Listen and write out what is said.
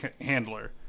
handler